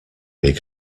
big